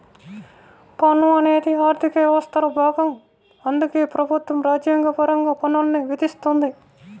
పన్ను అనేది ఆర్థిక వ్యవస్థలో భాగం అందుకే ప్రభుత్వం రాజ్యాంగపరంగా పన్నుల్ని విధిస్తుంది